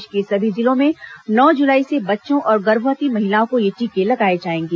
प्रदेश के सभी जिलों में नौ जुलाई से बच्चों और गर्भवती महिलाओं को ये टीके लगाए जाएंगे